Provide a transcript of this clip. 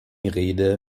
rede